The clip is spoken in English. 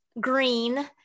green